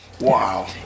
Wow